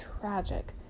tragic